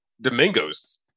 Domingo's